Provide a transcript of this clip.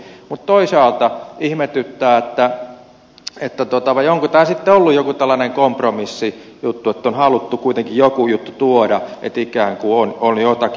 mutta toisaalta ihmetyttää vai onko tämä sitten ollut joku tällainen kompromissijuttu että on haluttu kuitenkin joku juttu tuoda että ikään kuin on jotakin